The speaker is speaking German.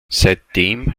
seitdem